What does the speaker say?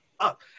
up